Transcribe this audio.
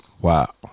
Wow